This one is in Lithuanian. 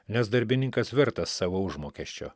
nes darbininkas vertas savo užmokesčio